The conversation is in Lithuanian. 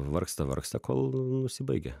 vargsta vargsta kol nusibaigia